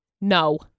No